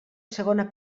segona